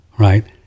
Right